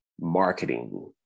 marketing